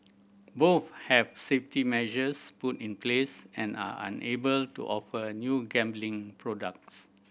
both have safety measures put in place and are unable to offer new gambling products